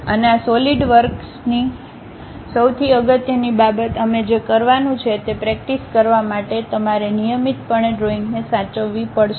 અને આ સોલિડવર્કક્સની સૌથી અગત્યની બાબત અમે જે કરવાનું છે તે પ્રેક્ટિસ કરવા માટે તમારે નિયમિતપણે ડ્રોઇંગને સાચવવી પડશે